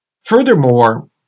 Furthermore